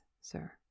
sir